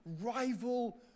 rival